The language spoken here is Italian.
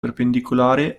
perpendicolare